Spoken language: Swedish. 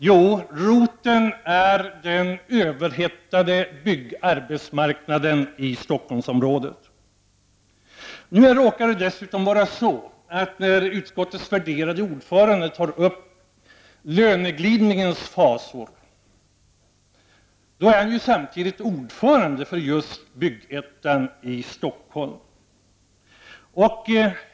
Jo, roten till det onda är den överhettade byggarbetsmarknaden i Stockholmsområdet. Det råkar dessutom vara så, att utskottets värderade ordförande som tar upp detta med löneglidningens fasor samtidigt är ordförande för just Bygg-Ettan i Stockholm.